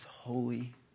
holy